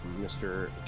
Mr